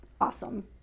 awesome